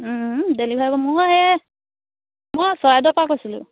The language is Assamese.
ডেলিভাৰী মোৰ এই মই চৰাইদউৰ পৰা কৈছিলোঁ